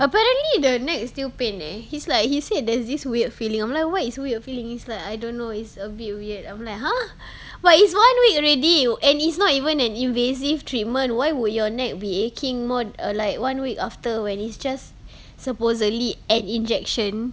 apparently the neck still pain eh he's like he said there's this weird feeling I'm like what is weird feeling it's like I don't know it's a bit weird I'm like !huh! but it's one week already and it's not even an invasive treatment why would your neck be aching more uh like one week after when it's just supposedly an injection